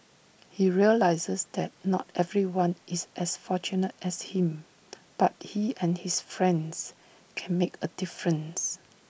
he realises that not everyone is as fortunate as him but he and his friends can make A difference